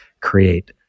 create